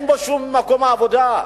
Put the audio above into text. אין בו שום מקום עבודה.